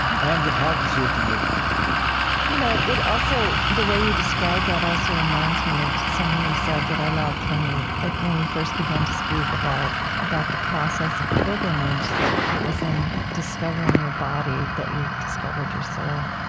and it helps you to meditate you know it also the way you describe that also reminds me of something you said that i loved when you when we first began to speak about about the process of pilgrimage, that it was in discovering your body that you discovered your soul